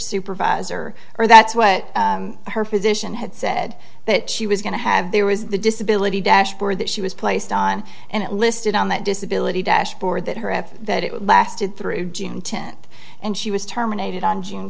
supervisor or that's what her physician had said that she was going to have there was the disability dashboard that she was placed on and it listed on that disability dashboard that her have that it lasted through june tenth and she was terminated on june